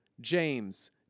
James